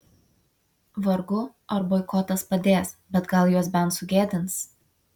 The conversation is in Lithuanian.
vargu ar boikotas padės bet gal juos bent sugėdins